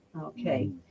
Okay